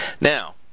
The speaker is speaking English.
now